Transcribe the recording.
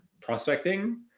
prospecting